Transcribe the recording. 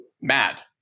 mad